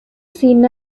sin